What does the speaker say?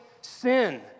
sin